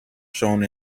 shown